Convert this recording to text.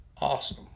awesome